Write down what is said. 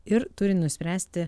ir turi nuspręsti